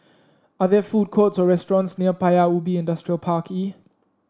are there food courts or restaurants near Paya Ubi Industrial Park E